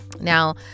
now